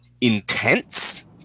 intense